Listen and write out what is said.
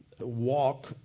walk